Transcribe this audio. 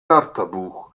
wörterbuch